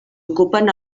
ocupen